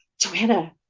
Joanna